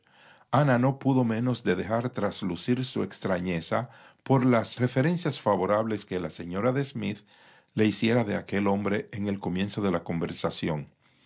ana no pudo menos de dejar traslucir su extrañeza por las referencias favorables que la señora de smith le hiciera de aquel hombre en el comienzo de la conversación